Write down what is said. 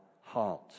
heart